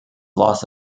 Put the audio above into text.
loss